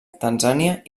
tanzània